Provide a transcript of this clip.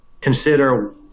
consider